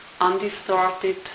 undistorted